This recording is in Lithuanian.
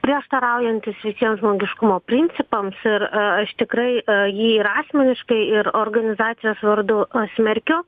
prieštaraujantis visiems žmogiškumo principams ir aš tikrai jį ir asmeniškai ir organizacijos vardu smerkiu